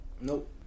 Nope